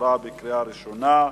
עברה בקריאה ראשונה,